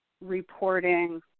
reporting